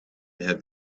have